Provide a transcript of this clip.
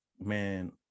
man